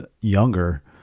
younger